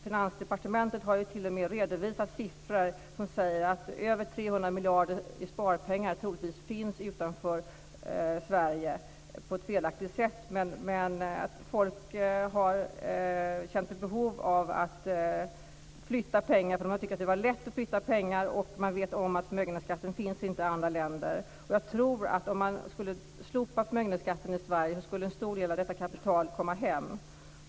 Finansdepartementet har ju t.o.m. redovisat siffror som säger att över 300 miljarder kronor i sparpengar troligtvis finns utanför Sverige på ett felaktigt sätt. Men människor har känt ett behov av att flytta pengar, därför att de har tyckt att det har varit lätt att flytta pengar, och de vet att förmögenhetsskatten inte finns i flera andra länder. Jag tror att om man skulle slopa förmögenhetsskatten i Sverige skulle en stor del av detta kapital komma hem.